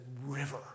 river